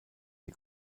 die